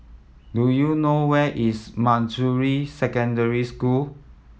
do you know where is Manjusri Secondary School